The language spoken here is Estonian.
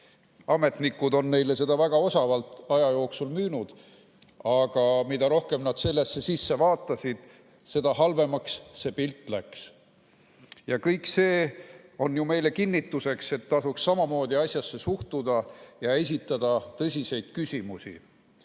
ametnikud on neile seda aja jooksul väga osavalt müünud. Aga mida rohkem nad sellesse sisse vaatasid, seda halvemaks pilt läks. Kõik see on ju meile kinnituseks, et tasuks samamoodi asjasse suhtuda ja esitada tõsiseid küsimusi.